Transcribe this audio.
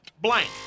blank